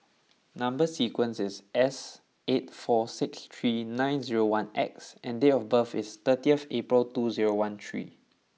number sequence is S eight four six three nine zero one X and date of birth is thirtieth April two zero one three